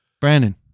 Brandon